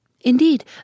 Indeed